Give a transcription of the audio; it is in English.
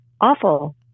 awful